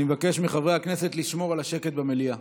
אני מבקש מחברי הכנסת לשמור על השקט במליאה.